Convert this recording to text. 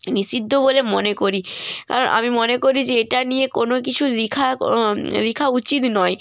নিষিদ্ধ বলে মনে করি কারণ আমি মনে করি যে এটা নিয়ে কোনও কিছু লেখা লেখা উচিত নয়